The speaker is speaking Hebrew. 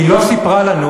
היא לא סיפרה לנו,